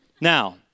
Now